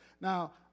Now